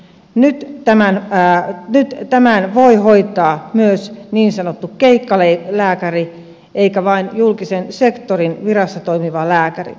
nyt tämän voi hoitaa myös niin sanottu keikkalääkäri eikä vain julkisen sektorin virassa toimiva lääkäri